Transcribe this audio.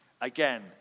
Again